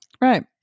Right